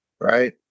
right